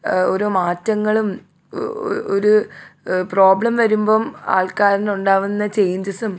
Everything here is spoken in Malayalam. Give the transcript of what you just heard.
ഒരോ മാറ്റങ്ങളും ഒരു പ്രോബ്ലം വരുമ്പം ആൾക്കാരിൽ ഉണ്ടാവുന്ന ചെയ്ഞ്ചസും